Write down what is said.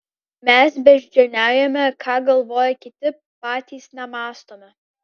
mes beždžioniaujame ką galvoja kiti patys nemąstome